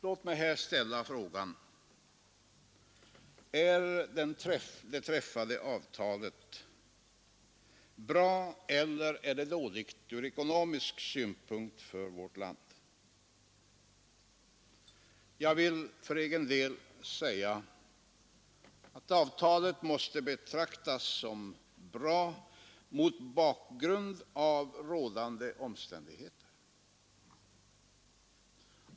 Låt mig här ställa frågan: Är det träffade avtalet bra eller dåligt ur ekonomisk synpunkt för vårt land? Jag vill för egen del säga att avtalet måste betraktas som bra, mot bakgrund av rådande omständigheter.